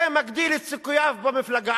זה מגדיל את סיכוייו במפלגה.